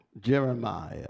Jeremiah